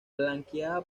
flanqueada